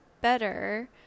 better